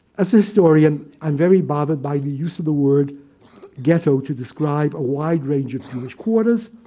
ah see a story and i'm very bothered by the use of the word ghetto to describe a wide range of jewish quarters,